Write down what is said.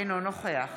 אינו נוכח